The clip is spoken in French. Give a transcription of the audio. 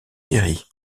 séries